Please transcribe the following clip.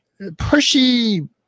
Pushy